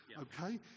Okay